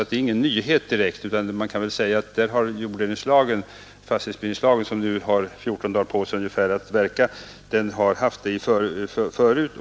Den är alltså ingen direkt nyhet, utan jorddelningslagen, som nu har 14 dagar på sig att verka, har haft den förut.